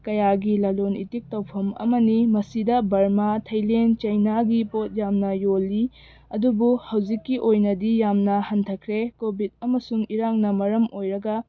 ꯀꯌꯥꯒꯤ ꯂꯂꯣꯜꯏꯇꯤꯛ ꯇꯧꯐꯝ ꯑꯃꯅꯤ ꯃꯁꯤꯗ ꯕꯔꯃꯥ ꯊꯥꯏꯂꯦꯟ ꯆꯩꯅꯥꯒꯤ ꯄꯣꯠ ꯌꯥꯝꯅ ꯌꯣꯜꯂꯤ ꯑꯗꯨꯕꯨ ꯍꯧꯖꯤꯛꯀꯤ ꯑꯣꯏꯅꯗꯤ ꯌꯥꯝꯅ ꯍꯟꯊꯈ꯭ꯔꯦ ꯀꯣꯚꯤꯠ ꯑꯃꯁꯨꯡ ꯏꯔꯥꯡꯅ ꯃꯔꯝ ꯑꯣꯏꯔꯒ